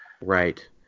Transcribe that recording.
Right